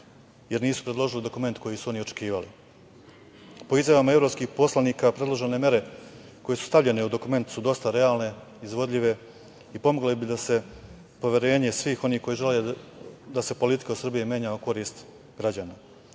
jer nisu predložili dokument koji su oni očekivali. Po izjavama evropskih poslanika predložene mere koje su stavljene u dokument su dosta realne, izvodljive i pomogle bi da se poverenje svih onih koji žele da se politika Srbija menja u korist